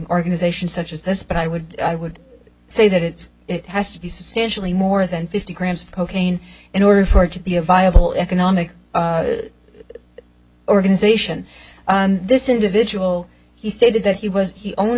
organization such as this but i would i would say that it's it has to be substantially more than fifty grams of cocaine in order for it to be a viable economic organization and this individual he stated that he was he own